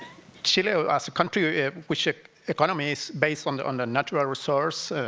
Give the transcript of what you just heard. chile as a country, which economy is based on the and natural resource,